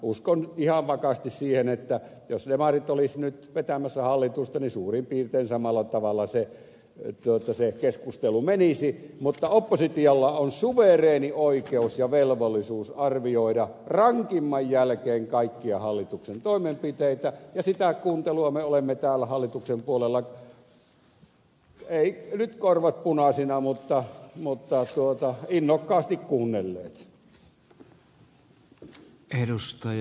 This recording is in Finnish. uskon ihan vakaasti siihen että jos demarit olisivat nyt vetämässä hallitusta niin suurin piirtein samalla tavalla se keskustelu menisi mutta oppositiolla on suvereeni oikeus ja velvollisuus arvioida rankimman jälkeen kaikkia hallituksen toimenpiteitä ja sitä puhetta me olemme täällä hallituksen puolella ei nyt korvat punaisina mutta innokkaasti kuunnelleet